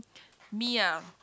me ah